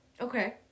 Okay